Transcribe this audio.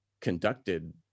conducted